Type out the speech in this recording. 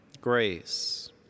grace